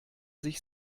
sich